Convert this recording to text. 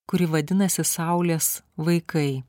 kuri vadinasi saulės vaikai